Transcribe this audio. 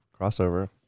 Crossover